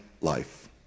life